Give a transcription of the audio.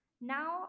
Now